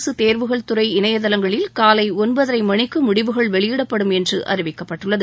அரசு தேர்வுகள் துறை இணையதளங்களில் காலை ஒன்பதரை மணிக்கு முடிவுகள் வெளியிடப்படும் என்று அறிவிக்கப்பட்டுள்ளது